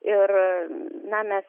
ir na mes